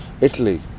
Italy